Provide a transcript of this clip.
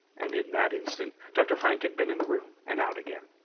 and in that instant dr. frank had been in the room and out again.